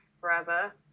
forever